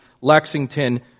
Lexington